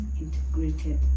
integrated